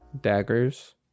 daggers